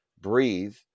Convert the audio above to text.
breathe